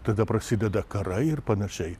tada prasideda karai ir panašiai